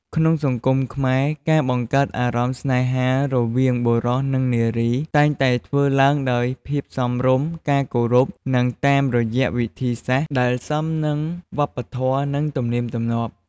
ក្នុងសង្គមខ្មែរ ការបង្កើតអារម្មណ៍ស្នេហារវាងបុរសនិងនារី តែងតែធ្វើឡើងដោយភាពសមរម្យ ការគោរព និងតាមរយៈវិធីសាស្ត្រដែលសមនឹងវប្បធម៍និងទំនៀមទំលាប់។